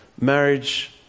Marriage